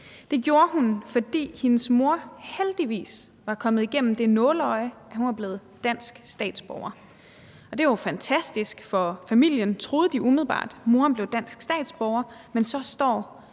Det gjorde hun, fordi hendes mor heldigvis var kommet igennem nåleøjet og var blevet dansk statsborger. Det var jo fantastisk for familien, troede de umiddelbart, at moderen blev dansk statsborger, men så står